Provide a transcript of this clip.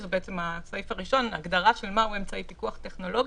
זה הסעיף הראשון הגדרה של מהו אמצעי פיקוח טכנולוגי,